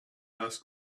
asked